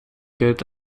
gilt